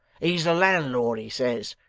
he's a landlord, he says,